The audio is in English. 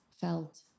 felt